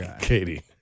Katie